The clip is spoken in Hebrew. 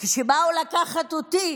וכשבאו לקחת אותי